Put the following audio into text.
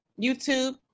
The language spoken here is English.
YouTube